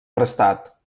prestat